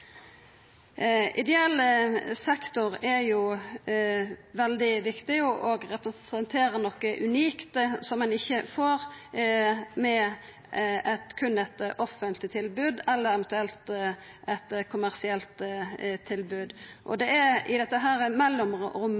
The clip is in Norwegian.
Ideell sektor er veldig viktig og representerer noko unikt, som ein ikkje får med berre eit offentleg tilbod eller eventuelt med eit kommersielt tilbod. Det er i dette